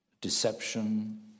deception